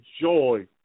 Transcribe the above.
joy